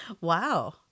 Wow